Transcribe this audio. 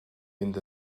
mynd